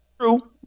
true